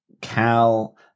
Cal